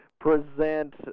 present